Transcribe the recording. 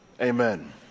Amen